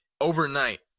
overnight